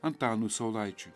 antanui saulaičiui